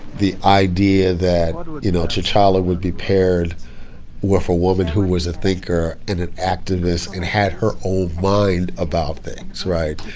the idea that you know t'challa would be paired with a woman who was a thinker and an activist and had her own mind about things, right.